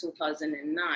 2009